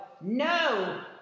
No